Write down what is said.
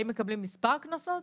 האם מקבלים מספר קנסות?